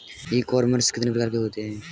ई commerce कितने प्रकार के होते हैं?